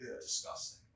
disgusting